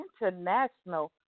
international